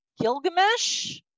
gilgamesh